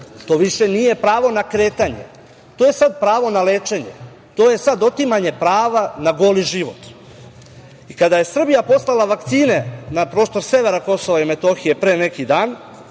to više nije pravo na kretanje, to je sada pravo na lečenje. To je sada otimanje prava na goli život. Kada je Srbija poslala vakcine na prostor severa KiM pre neki dan